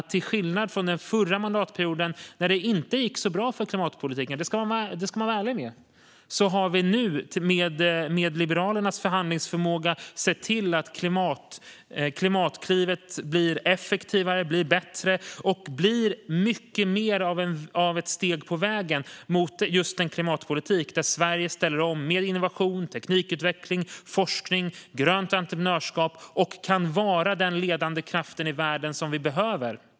Till skillnad från förra mandatperioden då det inte gick så bra för klimatpolitiken - låt oss vara ärliga med det - ser vi nu med Liberalernas förhandlingsförmåga till att göra Klimatklivet till ett effektivare, bättre och större steg på vägen mot en klimatpolitik för Sveriges omställning. Det blir mer innovation, teknikutveckling, forskning och grönt entreprenörskap. Tack vare det kan Sverige vara den ledande kraft i världen som behövs.